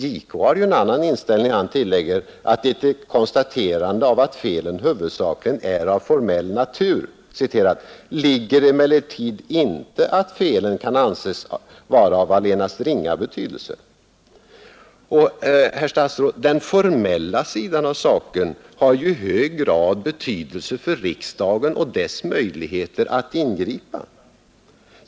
JK har en annan inställning när han tillägger att i ett konstaterande av att felen huvudsakligen är av formell natur ”ligger emellertid inte att felen kan anses vara av allenast ringa betydelse”. Den formella sidan av saken har ju i hög grad betydelse också för riksdagens möjligheter att ingripa.